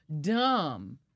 dumb